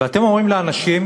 ואתם אומרים לאנשים: